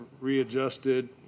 readjusted